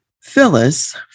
Phyllis